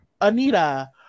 Anita